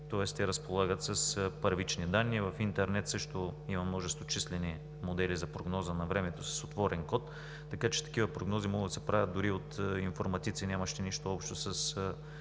тоест те разполагат с първични данни. В интернет също има множество числени модели за прогноза на времето с отворен код, така че такива прогнози могат да се правят дори от информатици, нямащи нищо общо с